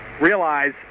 realize